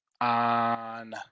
on